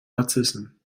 narzissen